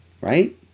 Right